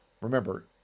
Remember